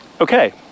Okay